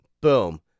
Boom